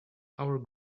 our